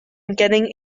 getting